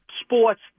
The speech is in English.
sports